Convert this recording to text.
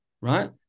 right